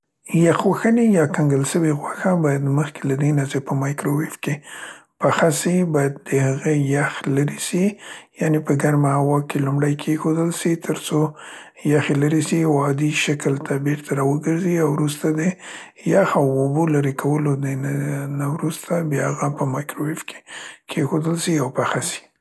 یخ وهلې یا کنګل شوې غوښه باید مخکې له دې نه چې په مایکروویف کې پخه سي باید د هغه یخ لیرې سي، یعنې په ګرمه هوا کې لومړی کیښودل سي تر څو یخ یې لیري سي او عادي شکل ته بیرته راوګرځي او وروسته د یخ او اوبو لیرې کولو، د، ن، نه وروسته هغه په مایکروویف کې کیښودل سي او پخه سي.